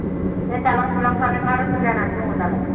बे दालां दुलांफ्रालाय मा रोखोम जाना दङ दालाय